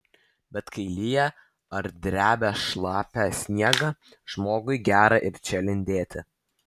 bet kai lyja ar drebia šlapią sniegą žmogui gera ir čia lindėti